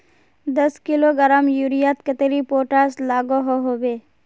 दस किलोग्राम यूरियात कतेरी पोटास लागोहो होबे?